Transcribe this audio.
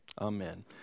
Amen